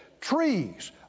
trees